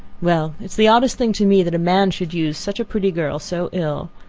well, it is the oddest thing to me, that a man should use such a pretty girl so ill!